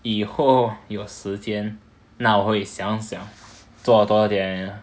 以后有时间那我会想想做多点